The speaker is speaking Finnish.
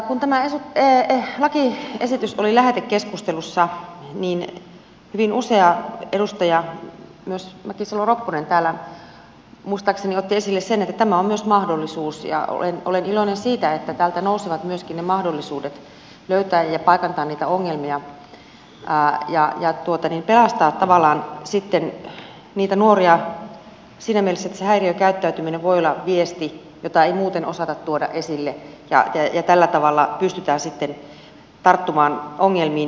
kun tämä lakiesitys oli lähetekeskustelussa niin hyvin usea edustaja myös mäkisalo ropponen muistaakseni otti täällä esille sen että tämä on myös mahdollisuus ja olen iloinen siitä että täältä nousivat myöskin ne mahdollisuudet löytää ja paikantaa niitä ongelmia ja pelastaa tavallaan sitten niitä nuoria siinä mielessä että se häiriökäyttäytyminen voi olla viesti jota ei muuten osata tuoda esille ja tällä tavalla pystytään sitten tarttumaan ongelmiin